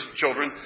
children